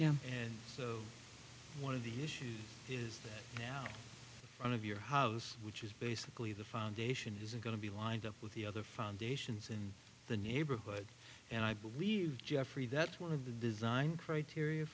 work and so one of the issues is that now one of your house which is basically the foundation is going to be lined up with the other foundations in the neighborhood and i believe jeffrey that's one of the design criteria